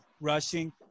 rushing